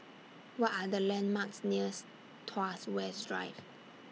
What Are The landmarks nears Tuas West Drive